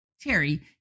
Terry